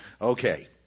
Okay